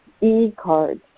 e-cards